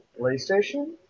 PlayStation